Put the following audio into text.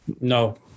no